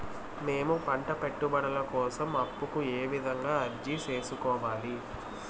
మేము పంట పెట్టుబడుల కోసం అప్పు కు ఏ విధంగా అర్జీ సేసుకోవాలి?